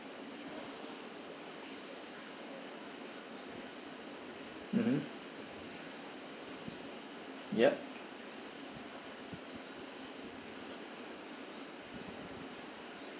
mmhmm ya